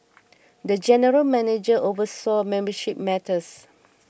the general manager oversaw membership matters